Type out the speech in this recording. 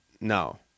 No